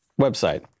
website